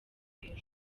hejuru